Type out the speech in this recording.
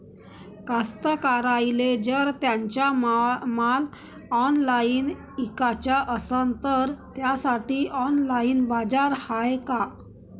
कास्तकाराइले जर त्यांचा माल ऑनलाइन इकाचा असन तर त्यासाठी ऑनलाइन बाजार हाय का?